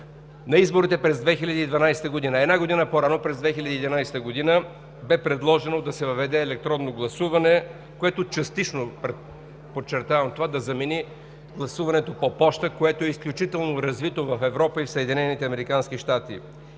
на изборите през 2012 г. Една година по-рано – през 2011 г., бе предложено да се въведе електронно гласуване, което частично, подчертавам това, да замени гласуването по поща, което е изключително развито в Европа и в